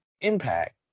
Impact